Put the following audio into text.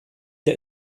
der